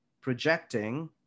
projecting